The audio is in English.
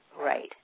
right